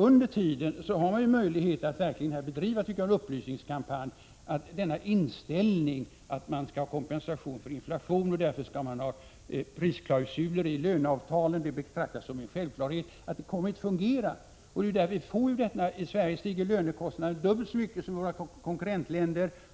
Under tiden har vi dock möjlighet att verkligen bedriva en upplysningskampanj om att denna självklara inställning man nu har — att man kan få kompensation för inflation genom dessa prisklausuler i avtalen — inte kommer att fungera. I Sverige stiger lönekostnaderna